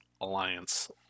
alliance